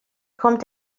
kommt